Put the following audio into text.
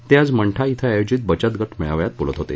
ते आज मंठा शिं आयोजित बचत गट मेळाव्यात बोलत होते